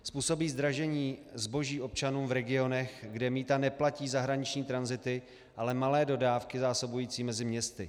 Způsobí zdražení zboží občanům v regionech, kde mýta neplatí zahraniční tranzity, ale malé dodávky zásobující mezi městy.